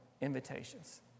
invitations